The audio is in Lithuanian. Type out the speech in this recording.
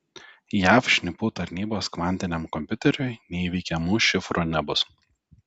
jav šnipų tarnybos kvantiniam kompiuteriui neįveikiamų šifrų nebus